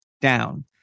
down